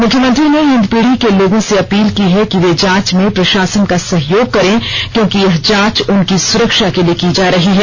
मुख्यमंत्री ने हिन्दपीढ़ी के लोगों से अपील की है कि वे जांच में प्रषासन का सहयोग करें क्योंकि यह जांच उनकी सुरक्षा के लिए की जा रही है